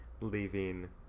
Leaving